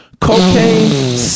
cocaine